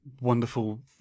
wonderful